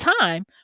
time